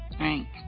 Right